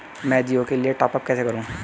मैं जिओ के लिए टॉप अप कैसे करूँ?